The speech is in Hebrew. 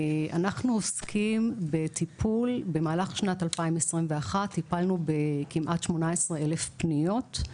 אנחנו עוסקים בטיפול במהלך שנת 2021 טיפלנו בכמעט 18,000 פניות.